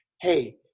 hey